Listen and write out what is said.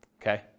Okay